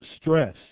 stress